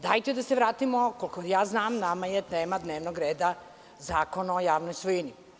Dajte da se vratimo, koliko ja znam nama je tema dnevnog reda Zakon o javnoj svojini.